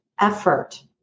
effort